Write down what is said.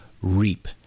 reap